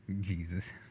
Jesus